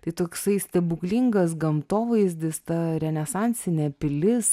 tai toksai stebuklingas gamtovaizdis ta renesansinė pilis